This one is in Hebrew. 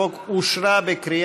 חוק שירות ביטחון (הוראת שעה)